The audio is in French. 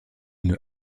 une